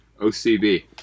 OCB